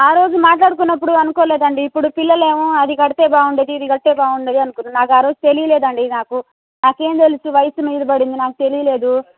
ఆ రోజు మాట్లాడుకున్నప్పుడు అనుకోలేదండి ఇప్పుడు పిల్లలు ఏమో అది కడితే బాగుండేది ఇది కడితే బాగుండేది అనుకున్నారు నాకు ఆ రోజు తెలియలేదండి నాకు నాకేం తెలుసు వయస్సు మీద పడింది నాకు తెలియలేదు